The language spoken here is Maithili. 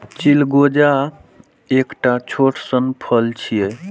चिलगोजा एकटा छोट सन फल छियै